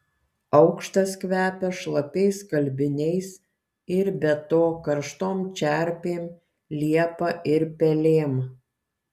aukštas kvepia šlapiais skalbiniais ir be to karštom čerpėm liepa ir pelėm